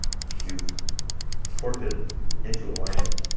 you've torqued it into alignment.